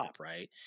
right